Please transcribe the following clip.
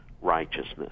righteousness